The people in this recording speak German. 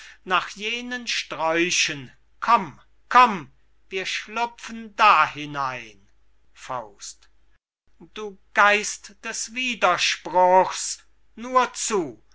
nach jenen sträuchen komm komm wir schlupfen da hinein du geist des widerspruchs nur zu